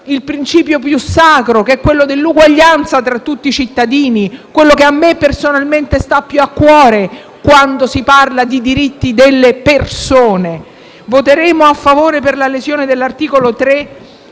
il principio più sacro, quello dell'uguaglianza tra tutti i cittadini, e che a me personalmente sta più a cuore quando si parla di diritti delle persone. Voteremo a favore della questione pregiudiziale